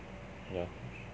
yeah